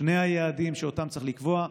שני היעדים שאותם צריך לקבוע: